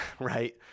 right